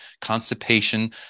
constipation